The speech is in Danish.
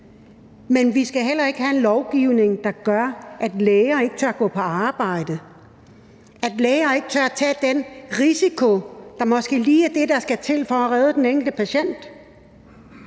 Men vi skal heller ikke have en lovgivning, der gør, at læger ikke tør gå på arbejde, at læger ikke tør tage den risiko, der måske lige er det, der skal til for at redde den enkelte patient.